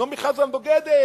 "נעמי חזן בוגדת",